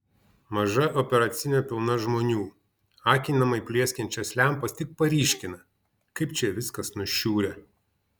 maža operacinė pilna žmonių akinamai plieskiančios lempos tik paryškina kaip čia viskas nušiurę